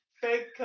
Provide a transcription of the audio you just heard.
fake